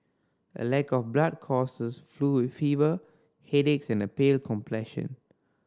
a lack of blood causes flu with fever headaches and a pale complexion